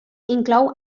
inclou